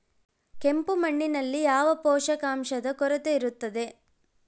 ಕೆಂಪು ಮಣ್ಣಿನಲ್ಲಿ ಯಾವ ಪೋಷಕಾಂಶದ ಕೊರತೆ ಇರುತ್ತದೆ?